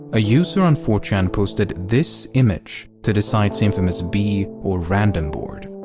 a user on four chan posted this image to the site's infamous b or random board.